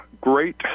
great